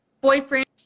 boyfriend